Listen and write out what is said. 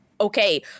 okay